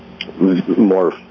more